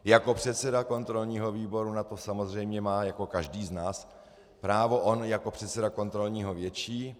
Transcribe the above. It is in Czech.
Jako předseda kontrolního výboru na to samozřejmě má jako každý z nás právo, on jako předseda kontrolního větší.